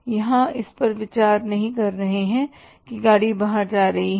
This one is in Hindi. यहाँ इस पर विचार नहीं कर रहे हैं कि गाड़ी बाहर जा रही है